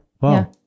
wow